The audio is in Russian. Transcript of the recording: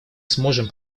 сможем